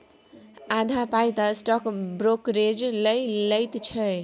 आधा पाय तँ स्टॉक ब्रोकरेजे लए लैत छै